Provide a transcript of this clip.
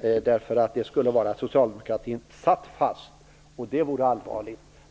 Det skulle innebära att socialdemokratin satt fast, och det vore allvarligt.